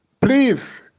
Please